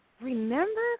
remember